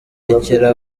rekera